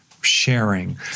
sharing